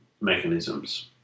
mechanisms